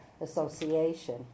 Association